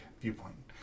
viewpoint